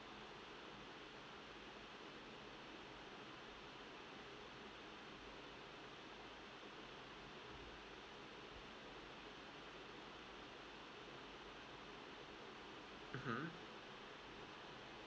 mmhmm